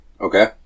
okay